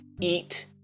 eat